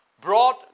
brought